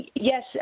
Yes